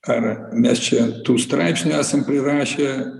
ar mes čia tų straipsnių esam prirašę